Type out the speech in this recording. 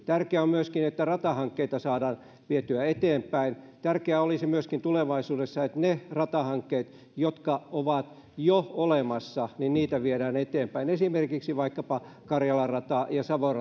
tärkeää on myöskin että ratahankkeita saadaan vietyä eteenpäin tärkeää olisi myöskin tulevaisuudessa että niitä ratahankkeita jotka ovat jo olemassa viedään eteenpäin että esimerkiksi vaikkapa karjalan radan ja savon